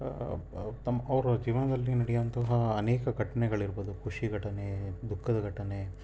ತಮ್ಮ ಅವ್ರವ್ರ ಜೀವನದಲ್ಲಿ ನಡ್ಯೋಂತಹ ಅನೇಕ ಘಟನೆಗಳಿರ್ಬೋದು ಖುಷಿ ಘಟನೆ ದುಃಖದ ಘಟನೆ